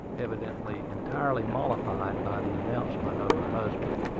evidently entirely mollified by the announcement of her husband.